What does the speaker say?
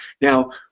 Now